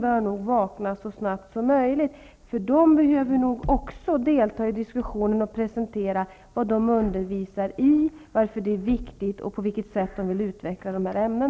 bör nog vakna så snabbt som möjligt. De behöver också delta i diskussionen och presentera vad de undervisar i och på vilket sätt de vill utveckla dessa ämnen.